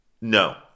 No